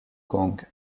gong